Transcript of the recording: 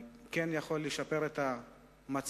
כן יכולה לשפר את המצב,